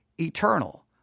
eternal